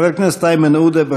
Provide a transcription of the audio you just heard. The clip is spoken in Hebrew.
חבר הכנסת איימן עודה,